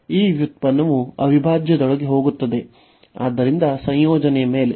ಈ ವ್ಯುತ್ಪನ್ನವು ಅವಿಭಾಜ್ಯದೊಳಗೆ ಹೋಗುತ್ತದೆ ಆದ್ದರಿಂದ ಸಂಯೋಜನೆಯ ಮೇಲೆ